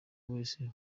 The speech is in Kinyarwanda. wese